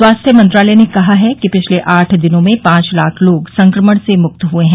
स्वास्थ्य मंत्रालय ने कहा है कि पिछले आठ दिनों में पांच लाख लोग संक्रमण से मुक्त हुए हैं